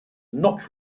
not